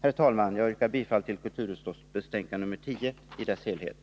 Herr talman! Jag yrkar bifall till hemställan i kulturutskottets betänkande nr 10 i dess helhet.